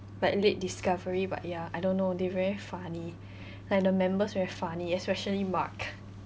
but late discovery but ya I don't know they very funny like the members very funny especially mark